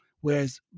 Whereas